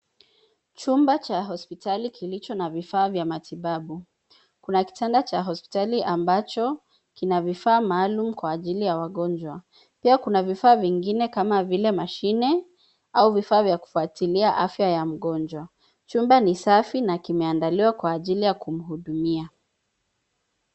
Chumba cha hospitali kilicho na vifaa vya matibabu, kuna kitanda cha hospitali ambacho kina vifaa maalum kwa ajili ya wagonjwa, pia kuna vifaa vingine kama vile mashine au vifaa vya kufuatilia afya ya mgonjwa. Chumba ni safi na kimeandaliwa kwa ajili ya kumhudumia.